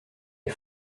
est